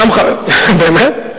באמת?